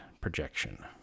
projection